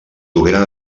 dugueren